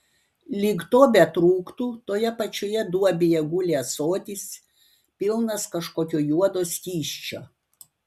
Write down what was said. lyg to betrūktų toje pačioje duobėje guli ąsotis pilnas kažkokio juodo skysčio